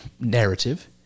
narrative